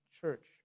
church